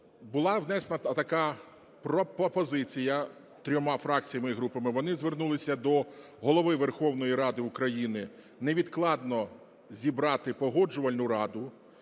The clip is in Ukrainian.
була внесена така пропозиція трьома фракціями і групами. Вони звернулися до Голови Верховної Ради України невідкладно зібрати Погоджувальну раду